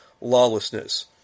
lawlessness